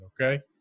okay